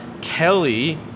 Kelly